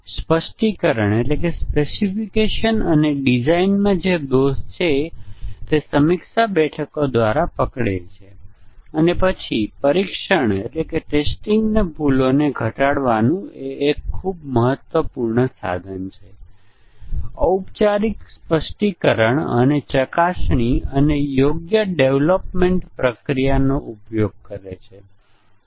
આપણી પાસે પ્રોગ્રામ છે અને પછી તેના આધારે આપણે કવરેજ બેઝ ટેસ્ટિંગના આધારે કેટલાક પ્રારંભિક ટેસ્ટીંગ કેસ ડિઝાઇન કરીએ છીએ અને પછી આપણે ટેસ્ટીંગ કેસ ચલાવીએ છીએ અને પછી જો ટેસ્ટીંગ ના કેસોમાં કેટલીક ભૂલો મળી આવે તો આપણે પ્રોગ્રામને ઠીક કરીએ છીએ અને હવે ટેસ્ટીંગ કેસો આપણા લક્ષિત કવરેજ માપદંડને સંતોષે છે તે MCDC હોઈ શકે છે સ્વતંત્ર હોઈ શકે છે અથવા બેઝ પાથ કવરેજ હોઈ શકે છે અથવા બંને અને પછી આપણે મ્યુટેશન ટેસ્ટીંગ પ્રક્રિયા શરૂ કરીએ છીએ